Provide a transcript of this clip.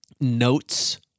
notes